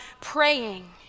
praying